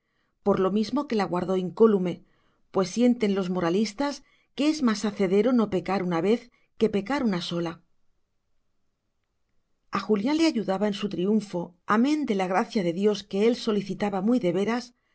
por lo mismo que la guardó incólume pues sienten los moralistas que es más hacedero no pecar una vez que pecar una sola a julián le ayudaba en su triunfo amén de la gracia de dios que él solicitaba muy de veras